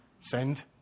Send